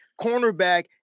cornerback